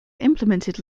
implemented